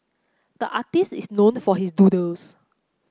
the artist is known for his doodles